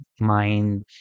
mind